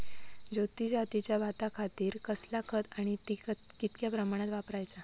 ज्योती जातीच्या भाताखातीर कसला खत आणि ता कितक्या प्रमाणात वापराचा?